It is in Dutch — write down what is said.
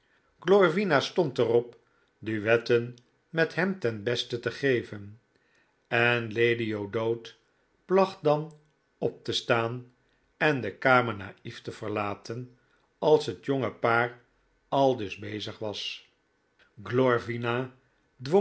glorvina stond er op duetten met hem ten beste te geven en lady o'dowd placht dan op te staan en de kamer nai'ef te verlaten als het jonge paar aldus bezig was glorvina